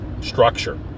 structure